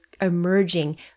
emerging